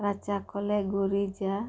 ᱨᱟᱪᱟ ᱠᱚᱞᱮ ᱜᱤᱨᱤᱡᱟ